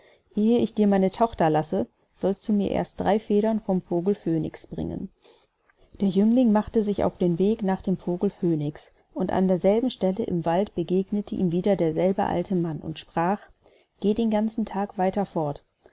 eh ich dir meine tochter lasse sollst du mir erst drei federn vom vogel phönix bringen der jüngling machte sich auf den weg nach dem vogel phönix und an derselben stelle im wald begegnete ihm wieder derselbe alte mann und sprach geh den ganzen tag weiter fort